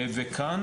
כאן,